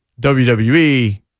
WWE